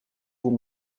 vous